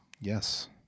Yes